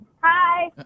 Hi